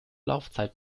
laufzeit